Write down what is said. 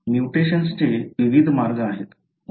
म्युटेशन्सचे विविध मार्ग आहेत